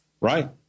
Right